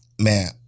man